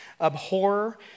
abhor